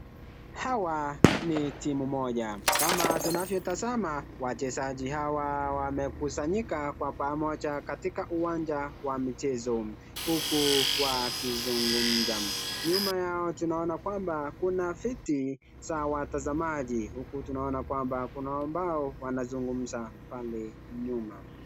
Hawa ni timu moja. Kama tunavyotazama wachezaji hawa wamekusanyika kwa pamoja katika uwanja wa michezo huku wakizungumza. Nyuma yao tunaona kwamba kuna viti za watazamaji huku tunaona kwamba kuna ambao wanazungumza pande nyuma.